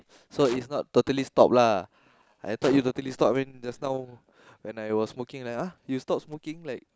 so is not totally lah I thought you totally stop when just now I was smoking then I like !huh! you stop smoking then I